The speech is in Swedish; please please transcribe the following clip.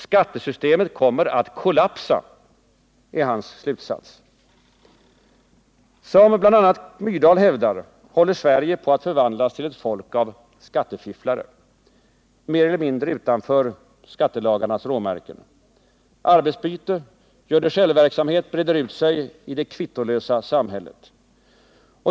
Skattesystemet kommer att kollapsa, är hans slutsats. Som bl.a. Gunnar Myrdal hävdar håller svenskarna på att förvandlas till ett folk av skattefifflare — mer eller mindre utanför skattelagarnas råmärken. Arbetsbyte och gör-det-själv-verksamhet breder ut sig i det kvittolösa samhället.